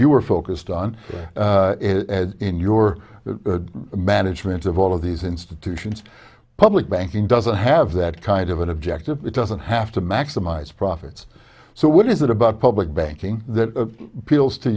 you are focused on in your management of all of these institutions public banking doesn't have that kind of an objective it doesn't have to maximize profits so what is it about public banking